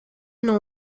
ihåg